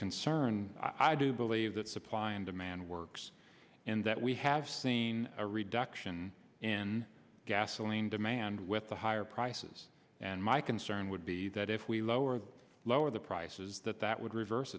concern i do believe that supply and demand works and that we have seen a reduction in gasoline demand with the higher prices and my concern would be that if we lower lower the prices that that would reverse